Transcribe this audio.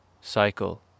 cycle